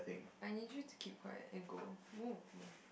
I need you to keep quiet and go move move